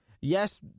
Yes